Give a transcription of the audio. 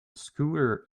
scooter